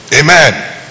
amen